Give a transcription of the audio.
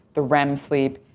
the rem sleep,